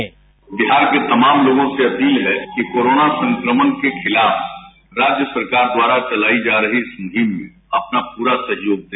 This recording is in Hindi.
बाईट बिहार के तमाम लोगों से अपील है कि कोरोना संक्रमण के खिलाफ राज्य सरकार द्वारा चलायी जा रही इस मुहिम में अपना पूरा सहयोग दे